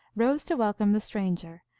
rose to welcome the stranger,